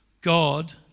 God